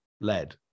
led